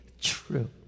true